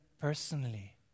personally